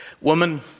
Woman